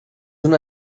una